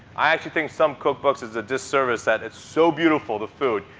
i actually think some cookbooks it's a disservice that it's so beautiful, the food.